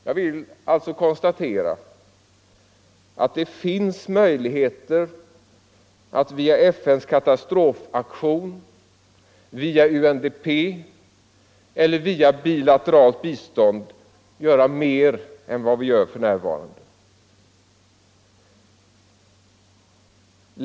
Jag vill alltså konstatera att det finns möjligheter att via FN:s katastrofaktion, via UNDP eller via bilateralt bistånd göra mer än vad vi gör för närvarande.